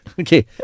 Okay